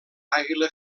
àguila